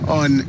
on